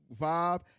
vibe